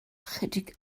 ychydig